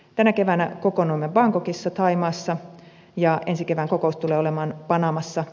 tänä keväänä kokoonnuimme bangkokissa thaimaassa ja ensi kevään kokous tulee olemaan panamassa